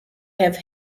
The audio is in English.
have